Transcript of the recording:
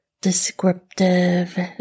descriptive